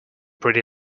pretty